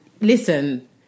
listen